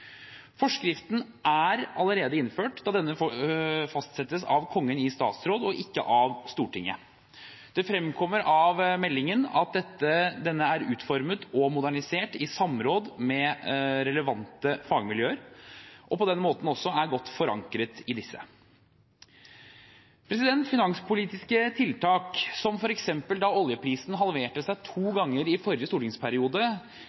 Forskriften er allerede innført, da denne fastsettes av Kongen i statsråd og ikke av Stortinget. Det fremkommer av meldingen at denne er utformet og modernisert i samråd med relevante fagmiljøer, og på den måten også er godt forankret i disse. Finanspolitiske tiltak, som f.eks. da oljeprisen halverte seg to